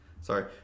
Sorry